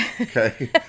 okay